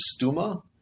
Stuma